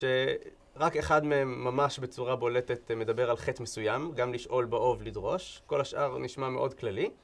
שרק אחד מהם ממש בצורה בולטת מדבר על חטא מסוים, גם לשאול בעוב, לדרוש, כל השאר נשמע מאוד כללי.